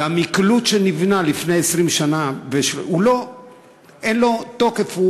והמקלוט שנבנה לפני 20 שנה אין לו תוקף,